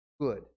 good